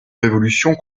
révolution